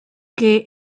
que